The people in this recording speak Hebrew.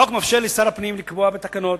החוק מאפשר לשר הפנים לקבוע בתקנות,